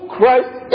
Christ